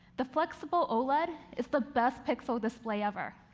the flexible oled is the best pixel display ever.